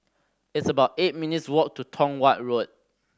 it's about eight minutes' walk to Tong Watt Road